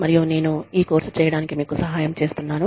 మరియు నేను ఈ కోర్సు చేయడానికి మీకు సహాయం చేస్తున్నాను